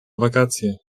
wakacje